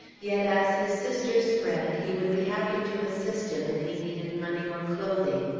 yet as his sisters' friend he would be happy to assist him if he needed money or clothing.